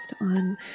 on